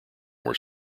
were